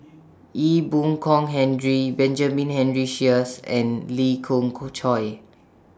Ee Boon Kong Henry Benjamin Henry Sheares and Lee Khoon Choy